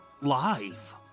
Live